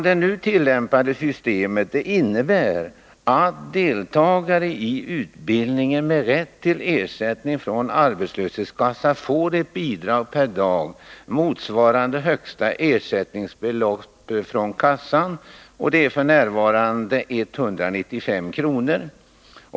Det nu tillämpade systemet innebär att deltagare i utbildningen med rätt till ersättning från arbetslöshetskassa får ett bidrag per dag motsvarande högsta ersättningsbelopp från kassan, f. n. 195 kr.